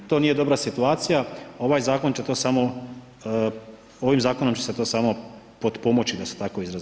To nije dobra situacija, ovaj zakon će to samo, ovim zakonom će se to samo potpomoći, da se tako izrazimo.